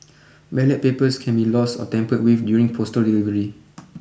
ballot papers can be lost or tampered with during postal delivery